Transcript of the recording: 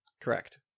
Correct